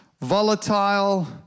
volatile